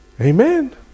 Amen